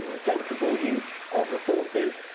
and sensible use of resources.